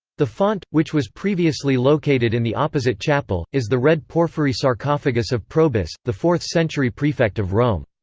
the font, which was previously located in the opposite chapel, is the red porphyry sarcophagus of probus, the fourth century prefect of rome.